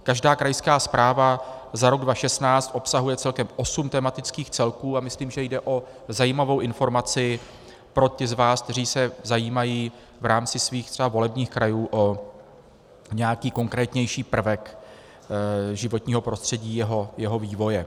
Každá krajská zpráva za rok 2016 obsahuje celkem osm tematických celků a myslím, že jde o zajímavou informaci pro ty z vás, kteří se zajímají v rámci svých třeba volebních krajů o nějaký konkrétnější prvek životního prostředí, jeho vývoje.